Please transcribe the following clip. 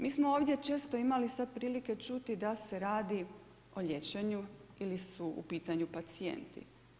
Mi smo ovdje često imali sad prilike čuti da se radi o liječenju ili su u pitanju pacijenti.